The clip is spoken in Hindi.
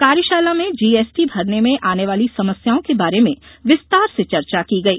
कार्यशाला में जीएसटी भरने में आने वाली समस्याओं के बारे में विस्तार से चर्चा की गई